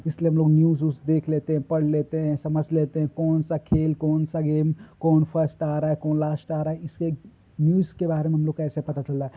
इसलिए हमलोग न्यूज़ उज़ देख लेते हैं पढ़ लेते हैं समझ लेते हैं कौन सा खेल कौन सा गेम कौन फर्स्ट आ रहा है कौन लास्ट आ रहा है इससे न्यूज़ के बारे में हमलोग ऐसे पता चलता है